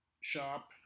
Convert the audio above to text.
shop